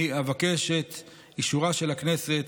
אני אבקש את אישורה של הכנסת